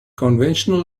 conventional